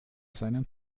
seinen